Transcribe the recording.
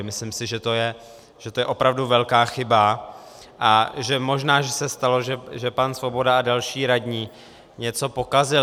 Myslím si, že to je opravdu velká chyba a že možná, že se stalo, že pan Svoboda a další radní něco pokazili.